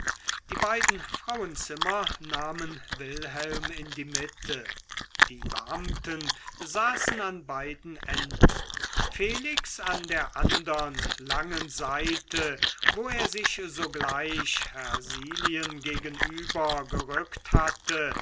die beiden frauenzimmer nahmen wilhelm in die mitte die beamten saßen an beiden enden felix an der andern langen seite wo er sich sogleich hersilien gegenüber gerückt hatte